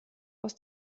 aus